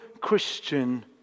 Christian